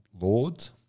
Lords